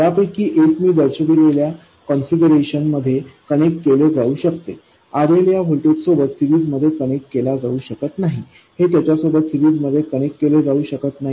यापैकी एक मी दर्शविलेल्या कन्फिग्यरेशन मध्ये कनेक्ट केले जाऊ शकते RL या व्होल्टेजसोबत सीरिजमध्ये कनेक्ट केला जाऊ शकत नाही हे त्याच्यासोबत सीरिजमध्ये कनेक्ट केले जाऊ शकत नाही